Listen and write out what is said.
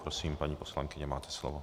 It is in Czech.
Prosím, paní poslankyně, máte slovo.